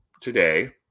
today